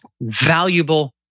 valuable